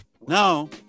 No